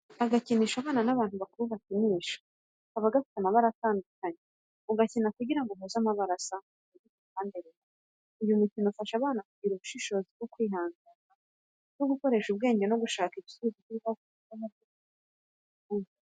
Agakinisho abana n'abantu bakuru bakinisha, kaba gafite amabara atandukanye ugakina ugira ngo uhuze amabara asa ajye ku ruhande rumwe. Uyu mukino ufasha abana kugira ubushobozi bwo kwihangana, no gukoresha ubwenge mu gushaka ibisubizo by'ibibazo bahura na byo mu buzima bwa buri munsi.